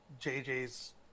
JJ's